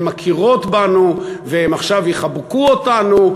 הן מכירות בנו, והן עכשיו יחבקו אותנו.